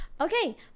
Okay